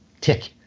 tick